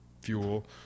fuel